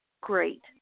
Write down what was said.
great